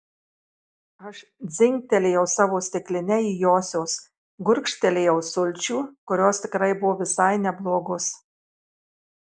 aš dzingtelėjau savo stikline į josios gurkštelėjau sulčių kurios tikrai buvo visai neblogos